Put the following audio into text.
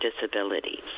disabilities